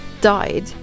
died